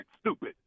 stupid